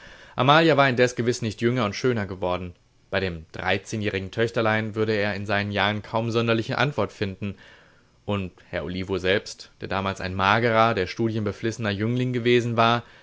amalia war indes gewiß nicht jünger und schöner geworden bei dem dreizehnjährigen töchterlein würde er in seinen jahren kaum sonderlichen anwert finden und herrn olivo selbst der damals ein magerer der studien beflissener jüngling gewesen war